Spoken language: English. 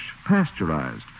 pasteurized